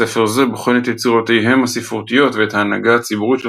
ספר זה בוחן את יצירותיהם הספרותיות ואת ההנהגה הציבורית של